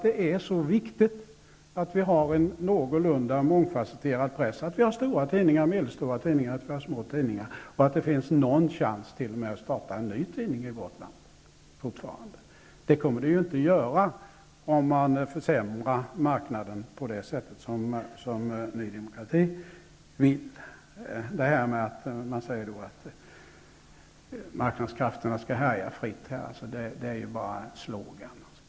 Det är så viktigt att vi har en någorlunda mångfasetterad press. Det är viktigt att vi har stora, medelstora och små tidningar och att det fortfarande finns någon chans att starta en ny tidning i vårt land. Det kommer det inte att göra om man försämrar marknaden som Ny demokrati vill göra. Man säger att marknadskrafterna skall härja fritt. Det är bara en slogan.